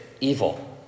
evil